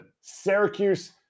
Syracuse